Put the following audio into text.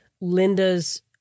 Linda's